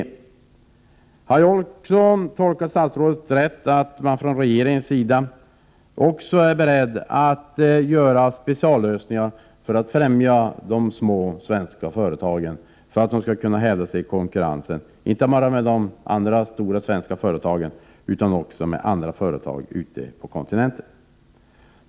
Och har jag tolkat statsrådet rätt, att man från regeringens sida också är beredd att göra speciallösningar för att främja de små svenska företagen, så att de skall kunna hävda sig i konkurrensen inte bara med de stora svenska företagen utan också med företag ute på kontinenten?